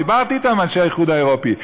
דיברתי אתם, עם אנשי האיחוד האירופי.